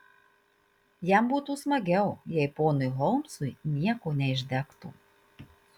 jam būtų smagiau jei ponui holmsui nieko neišdegtų